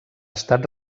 estat